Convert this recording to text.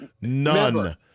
None